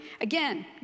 Again